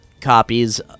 copies